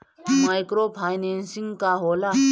Micro financing का होला?